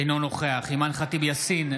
אינו נוכח אימאן ח'טיב יאסין,